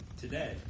today